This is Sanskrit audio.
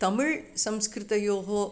तमिळ्संस्कृतयोः